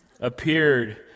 appeared